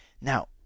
Now